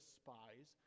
spies